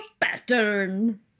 Pattern